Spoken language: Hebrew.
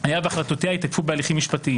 היה והחלטותיה ייתקפו בהליכים משפטיים,